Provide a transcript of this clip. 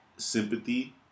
Sympathy